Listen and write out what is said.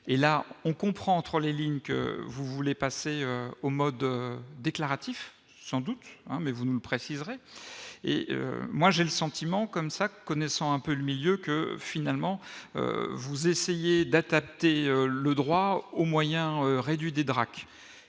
et là on comprend entre les lignes que vous voulez passer au mode déclaratif, sans doute, mais vous nous le préciserez et moi j'ai le sentiment comme ça : connaissant un peu le milieu que finalement vous essayez d'être athée, le droit aux moyens réduits des Drac et